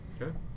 Okay